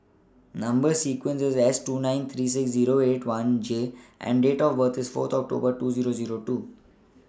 Number sequence IS S two nine three six Zero eight one J and Date of birth IS Fourth October two Zero Zero two